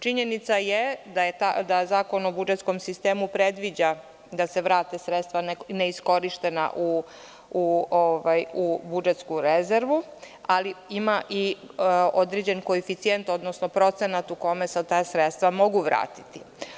Činjenica je da Zakon o budžetskom sistemu predviđa da se vrate sredstva neiskorišćena u budžetsku rezervu, ali ima i određen koeficijent, odnosno procenat u kome se ta sredstva mogu vratiti.